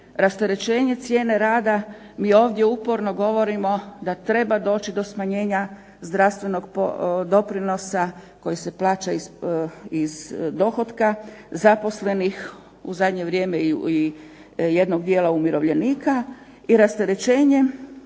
rasterećenje cijene rada. Mi ovdje uporno govorimo da treba doći do smanjenja zdravstvenog doprinosa koji se plaća iz dohotka zaposlenih, u zadnje vrijeme i jednog dijela umirovljenika i rasterećenje,